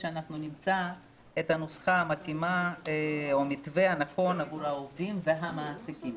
שנמצא את המתווה הנכון עבור העובדים והמעסיקים.